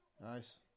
nice